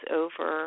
over